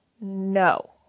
no